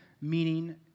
meaning